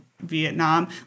Vietnam